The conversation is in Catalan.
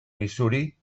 missouri